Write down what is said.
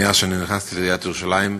מאז שנכנסתי לעיריית ירושלים,